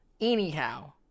Anyhow